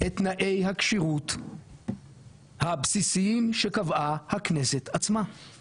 את תנאי הכשירות הבסיסיים שקבעה הכנסת עצמה,